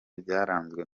byaranzwe